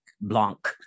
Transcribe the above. Blanc